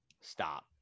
Stop